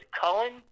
Cullen